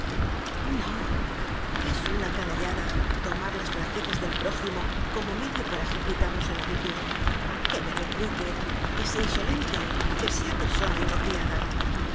no es una canallada tomar las fla quezas del prójimo como medio para ejer citarnos en la virtud que me replique que se insolente que sea persona y no criada